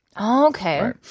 okay